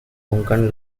konkan